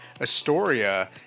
Astoria